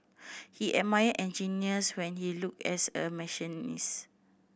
he admired engineers when he looked as a machinist